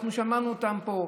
אנחנו שמענו אותם פה,